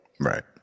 right